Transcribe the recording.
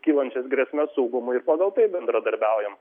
kylančias grėsmes saugumui ir pagal tai bendradarbiaujam